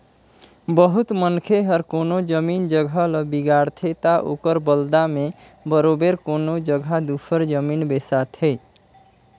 बहुत मनखे हर कोनो जमीन जगहा ल बिगाड़थे ता ओकर बलदा में बरोबेर कोनो जगहा दूसर जमीन बेसाथे